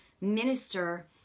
minister